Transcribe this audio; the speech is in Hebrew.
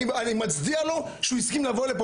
אני מצדיע לו שהוא הסכים לבוא לפה,